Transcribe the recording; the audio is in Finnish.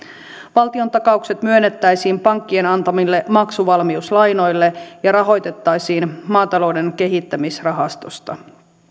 valtiontakaukset myönnettäisiin pankkien antamille maksuvalmiuslainoille ja rahoitettaisiin maatilatalouden kehittämisrahastosta